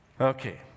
Okay